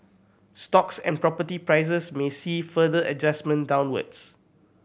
stocks and property prices may see further adjustment downwards